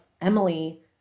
Emily